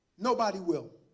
nobody will.